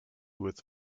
with